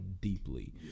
deeply